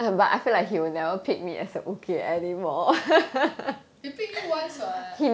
he picked you once [what]